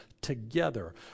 together